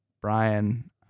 brian